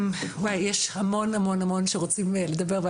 יש המון המון שרוצים לדבר,